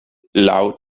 laŭ